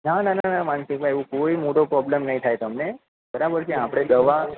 ના ના ના માનસિંગભાઈ એવું કોઈ મોટો પ્રોબ્લેમ નહીં થાય તમને બરાબર છે આપણે દવા